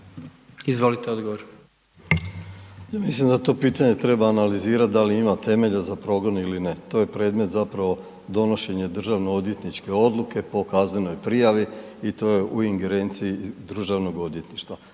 Dražen (HDZ)** Čini se da to pitanje treba analizirati da li ima temelja za progon ili ne. To je predmet zapravo, donošenje državnoodvjetničke odluke po kaznenoj prijavi i to je u ingerenciji DORH-a, tako da